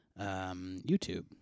YouTube